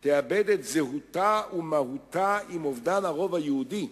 תאבד את זהותה ומהותה עם אובדן הרוב היהודי,